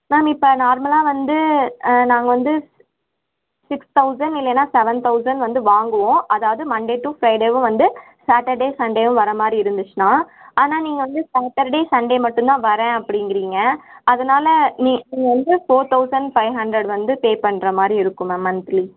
ma'am இப்போ நார்மலாக வந்து நாங்கள் வந்து சிக்ஸ் தௌசண்ட் இல்லைனா செவன் தௌசண்ட் வந்து வாங்குவோம் அதாவது மண்டே டு ஃப்ரைடேவும் வந்து சேட்டர்டே சண்டேவும் வர மாதிரி இருந்துச்சுன்னா ஆனால் நீங்கள் வந்து சேட்டர்டே சண்டே மட்டுந்தான் வர்றேன் அப்படிங்கிறீங்க அதனால நீங்கள் வந்து ஃபோர் தௌசண்ட் ஃபைவ் ஹண்ட்ரெட் வந்து பே பண்ணுற மாதிரி இருக்கும் மேம் மந்த்லி